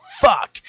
fuck